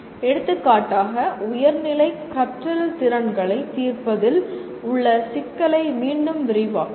எடுத்துக்காட்டாக உயர்நிலை கற்றல் திறன்களைத் தீர்ப்பதில் உள்ள சிக்கலை மீண்டும் விரிவாக்குவோம்